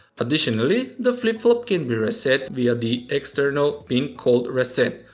additionally the flip-flop can be reset via the external pin called reset,